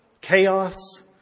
chaos